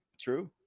True